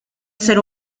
ser